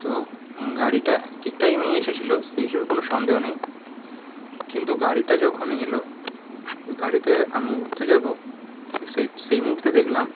তো গাড়িটা ঠিক টাইমেই এসেছিলো সেই হিসেবে কোনো সন্দেহ নেই কিন্তু গাড়িটা যখন এলো গাড়িতে আমি উঠতে যাব ঠিক সেই সেই মুহুর্তে দেখলাম